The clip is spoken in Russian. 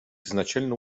изначально